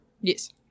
yes